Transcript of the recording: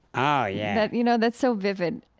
ah yeah you know, that's so vivid.